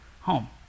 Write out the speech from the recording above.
home